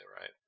right